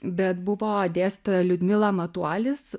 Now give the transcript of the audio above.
bet buvo dėstytoja liudmila matualis